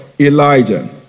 Elijah